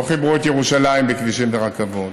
לא חיברו את ירושלים בכבישים ורכבות,